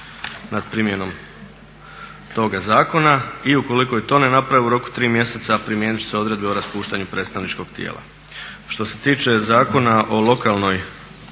nad primjenom toga zakona. I ukoliko i to ne naprave, u roku od 3 mjeseca primijeniti će se odredbe o raspuštanju predstavničkog tijela. Što se tiče Zakona o lokalnoj